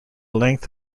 length